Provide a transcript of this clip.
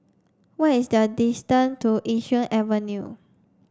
what is the distance to Yishun Avenue